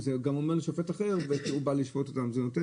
זאת אומרת,